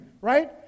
Right